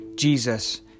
Jesus